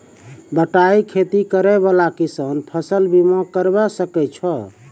बटाई खेती करै वाला किसान फ़सल बीमा करबै सकै छौ?